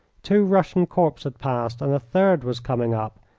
two prussian corps had passed and a third was coming up,